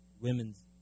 women's